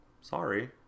Sorry